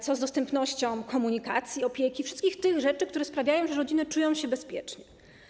Co z dostępnością komunikacji, opieki, wszystkich tych rzeczy, które sprawiają, że rodziny czują się bezpiecznie?